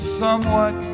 somewhat